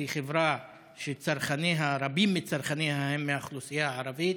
שהיא חברה שרבים מצרכניה הם מהאוכלוסייה הערבית,